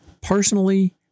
personally